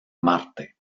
marte